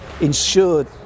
ensured